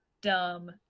dumb